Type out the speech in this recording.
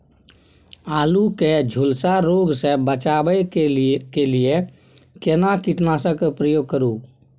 आलू के झुलसा रोग से बचाबै के लिए केना कीटनासक के प्रयोग करू